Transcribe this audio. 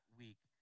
week